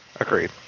Agreed